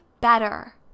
better